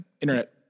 Internet